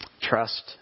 Trust